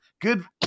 Good